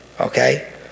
Okay